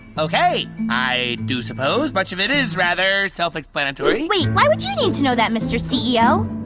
okay. i do suppose much of it is rather self-explanatory wait. why would you need to know that, mr. ceo?